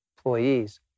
employees